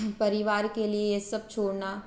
परिवार के लिए ये सब छोड़ना